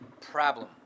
problem